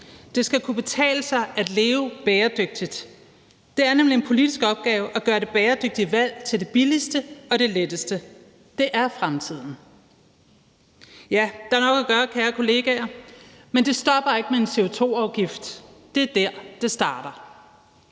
Det skal kunne betale sig at leve bæredygtigt. Det er nemlig en politisk opgave at gøre det bæredygtige valg til det billigste og det letteste. Det er fremtiden. Ja, der er nok at gøre, kære kollegaer. Men det stopper ikke med en CO2-afgift. Det er der, hvor det starter.